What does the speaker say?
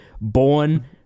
born